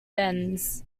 bends